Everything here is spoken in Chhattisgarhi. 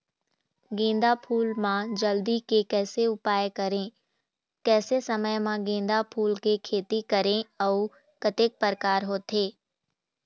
गेंदा फूल मा जल्दी के कैसे उपाय करें कैसे समय मा गेंदा फूल के खेती करें अउ कतेक प्रकार होथे?